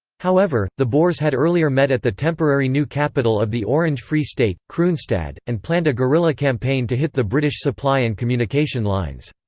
however, the boers had earlier met at the temporary new capital of the orange free state, kroonstad, and planned a guerrilla campaign to hit the british supply and communication lines.